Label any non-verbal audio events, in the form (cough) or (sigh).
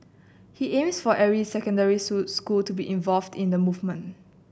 he aims for every secondary (unintelligible) school to be involved in the movement